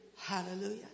Hallelujah